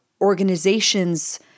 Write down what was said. organizations